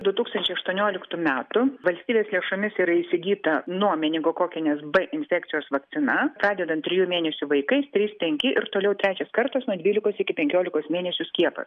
du tūkstančiai aštuonioliktų metų valstybės lėšomis yra įsigyta nuo meningokokinės b infekcijos vakcina pradedant trijų mėnesių vaikais trys penki ir toliau trečias kartas nuo dvylikos iki penkiolikos mėnesių skiepas